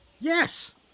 Yes